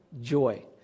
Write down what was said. joy